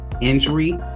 injury